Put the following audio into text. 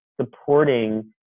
supporting